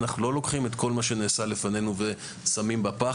הוא שאנחנו לא לוקחים את כל מה שנעשה לפנינו ושמים בפח.